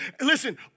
listen